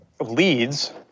leads